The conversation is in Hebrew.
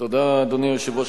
אדוני היושב-ראש,